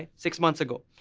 ah six months ago.